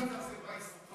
דבר כזה בהיסטוריה.